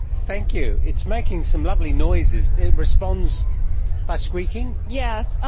thank you. it's making some lovely noises. it responds by squeaking? yes. ah